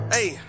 Hey